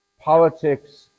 Politics